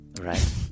Right